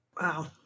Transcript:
Wow